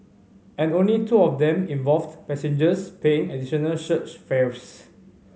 and only two of them involved passengers paying additional surge fares